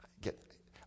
get